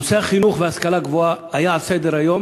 נושא החינוך וההשכלה הגבוהה היה על סדר-היום,